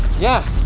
yeah,